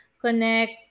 connect